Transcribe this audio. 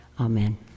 Amen